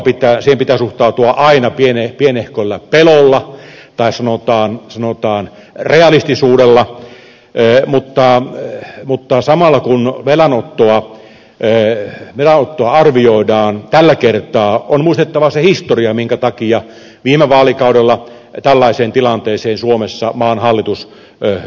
velanottoon pitää suhtautua aina pienehköllä pelolla tai sanotaan realistisuudella mutta samalla kun velanottoa arvioidaan tällä kertaa on muistettava se historia minkä takia viime vaalikaudella maan hallitus suomessa joutui tällaiseen tilanteeseen